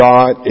God